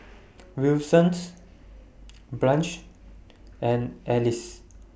Wilson Branch and Alys